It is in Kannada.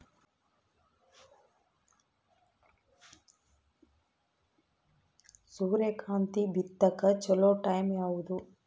ಸೂರ್ಯಕಾಂತಿ ಬಿತ್ತಕ ಚೋಲೊ ಟೈಂ ಯಾವುದು?